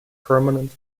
permanent